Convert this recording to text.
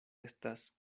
estas